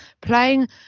playing